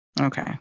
Okay